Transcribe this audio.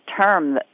term